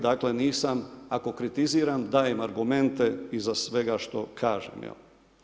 Dakle, nisam ako kritiziram dajem argumente iza svega što kažem, jel'